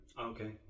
Okay